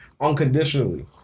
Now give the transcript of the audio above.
Unconditionally